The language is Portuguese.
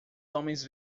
homens